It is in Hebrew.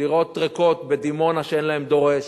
דירות ריקות בדימונה שאין להן דורש,